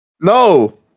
No